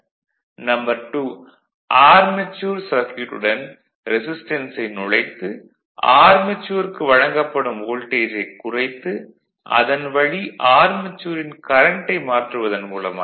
2 armature சர்க்யூட்டுடன் ரெசிஸ்டன்ஸை நுழைத்து ஆர்மெச்சூர் க்கு வழங்கப்படும் வோல்டேஜை குறைத்து அதன் வழி ஆர்மெச்சூரின் கரண்ட்டை மாற்றுவதன் மூலமாக